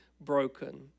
broken